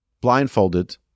blindfolded